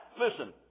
listen